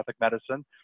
medicine